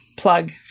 plug